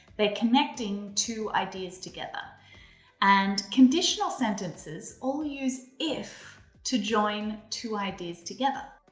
they're connecting two ideas together and conditional sentences all use if to join two ideas together.